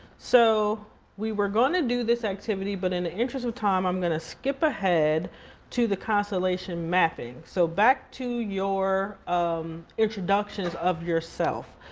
so we were gonna do this activity, but in the interest of time i'm gonna skip ahead to the constellation mapping. so back to your um introductions of yourself.